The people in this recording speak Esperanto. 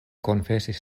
konfesis